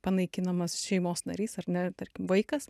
panaikinamas šeimos narys ar ne tarkim vaikas